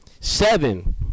seven